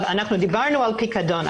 דיברנו על הפיקדון.